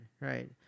right